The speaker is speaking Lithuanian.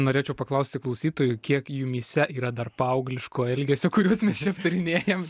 norėčiau paklausti klausytojų kiek jumyse yra dar paaugliško elgesio kuriuos mes čia aptarinėjam